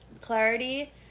Clarity